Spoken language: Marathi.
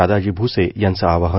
दादाजी भूसे यांचं आवाहन